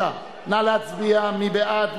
נא להצביע, מי בעד?